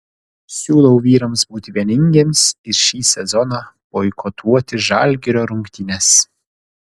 siūlau vyrams būti vieningiems ir šį sezoną boikotuoti žalgirio rungtynes